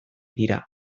dira